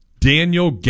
Daniel